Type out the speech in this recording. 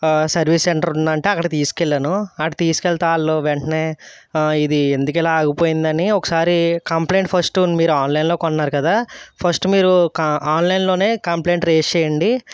service centre ఉందంటే అక్కడకి తీసుకెళ్ళాను అక్కడ తీసుకెళితే వాళ్ళు వెంటనే ఇది ఎందుకిలా ఆగిపోయింది అని ఒకసారి కంప్లైంట్ ఫస్టు మీరు ఆన్లైన్లో కొన్నారు కదా ఫస్టు మీరు ఆన్లైన్లోనే కంప్లైంట్ రెయిజ్ చేయండి